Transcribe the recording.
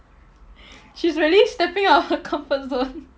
she's really stepping out of her comfort zone